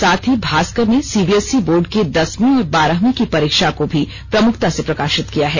साथ ही भास्कर ने सीबीएसई बोर्ड की दसवीं और बारहवीं की परीक्षा को भी प्रमुखता से प्रकाशित किया है